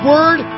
Word